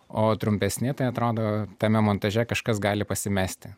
o trumpesni tai atrodo tame montaže kažkas gali pasimesti